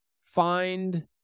find